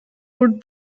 would